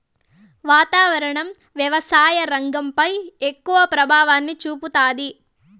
వాతావరణం వ్యవసాయ రంగంపై ఎక్కువ ప్రభావాన్ని చూపుతాది